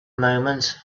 moment